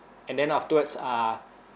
and then afterwards uh